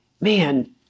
man